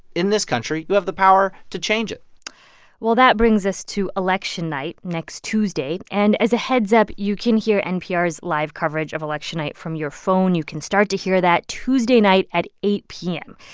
in this country, you have the power to change it well, that brings us to election night next tuesday. and, as a heads up, you can hear npr's live coverage of election night from your phone. you can start to hear that tuesday night at eight p m.